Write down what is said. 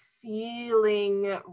feeling